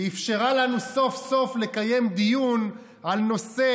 ואפשרה לנו סוף-סוף לקיים דיון על נושא